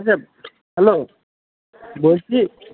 hello বলছি